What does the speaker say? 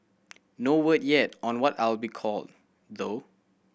no word yet on what I'll be called though